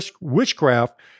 witchcraft